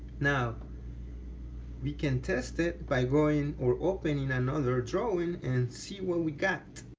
now we can test it by going or opening another drawing and see what we got